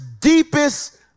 deepest